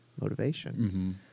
Motivation